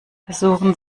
versuchen